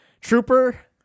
trooper